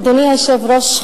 אדוני היושב-ראש,